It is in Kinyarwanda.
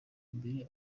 imbere